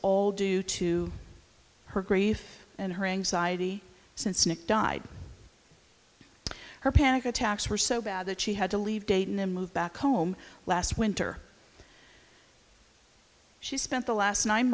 all due to her grave and her anxiety since nick died her panic attacks were so bad that she had to leave dayton and move back home last winter she spent the last nine